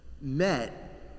met